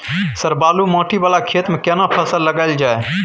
Sir बालू माटी वाला खेत में केना फसल लगायल जाय?